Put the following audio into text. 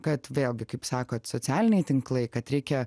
kad vėlgi kaip sakot socialiniai tinklai kad reikia